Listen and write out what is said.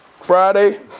Friday